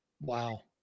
wow